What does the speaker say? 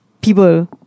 people